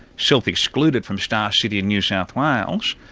self-excluded from star city in new south wales,